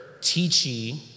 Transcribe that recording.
teachy